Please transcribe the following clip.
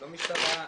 לא משטרה,